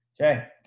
Okay